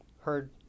heard